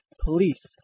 Police